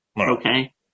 Okay